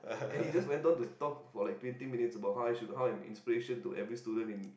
and he just went on to talk for like twenty minutes about how I should how I'm an inspiration to every student in